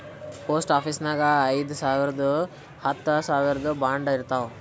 post ಆಫೀಸ್ನಾಗ್ ಐಯ್ದ ಸಾವಿರ್ದು ಹತ್ತ ಸಾವಿರ್ದು ಬಾಂಡ್ ಇರ್ತಾವ್